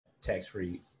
tax-free